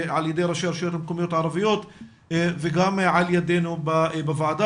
על ידי ראשי הרשויות המקומיות הערביות וגם על ידינו בוועדה.